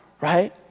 right